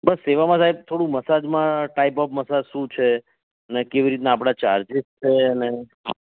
બસ સેવામાં સાહેબ થોડું મસાજ માં ટાઇપ ઓફ મસાજ શું છે ને કેવી રીતના આપણા ચાર્જિસ છે ને